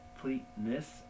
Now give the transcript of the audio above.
completeness